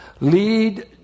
lead